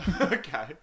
Okay